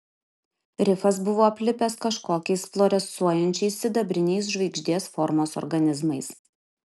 rifas buvo aplipęs kažkokiais fluorescuojančiais sidabriniais žvaigždės formos organizmais